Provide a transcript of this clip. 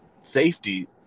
Safety